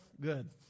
good